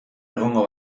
egongo